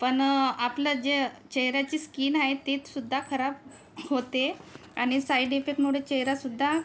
पण आपलं जे चेहऱ्याची स्कीन हाये तीत् सुद्धा खराब होते आणि साईड इफेक्टमुळे चेहरासुद्धा